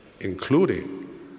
including